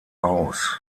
aus